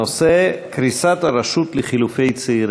הנושא: קריסת הרשות הישראלית לחילופי נוער וצעירים.